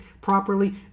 properly